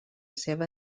seva